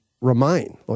remain